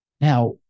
Now